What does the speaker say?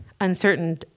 uncertain